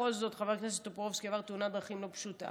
בכל זאת חבר הכנסת טופורובסקי עבר תאונת דרכים לא פשוטה.